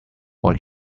what